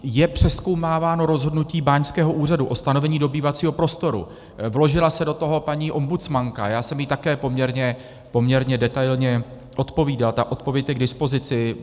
Je přezkoumáváno rozhodnutí báňského úřadu o stanovení dobývacího prostoru, vložila se do toho paní ombudsmanka, já jsem jí také poměrně detailně odpovídal, ta odpověď je k dispozici.